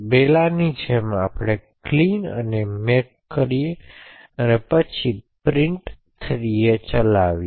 પહેલાની જેમ આપડે ક્લીન અને મેક કરીયે અને તે પછી print3a ચલાવીએ